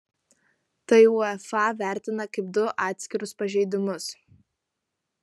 tai uefa vertina kaip du atskirus pažeidimus